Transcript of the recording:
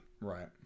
Right